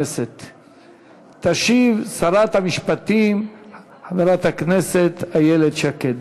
תשיב שרת המשפטים חברת הכנסת איילת שקד.